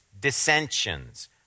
dissensions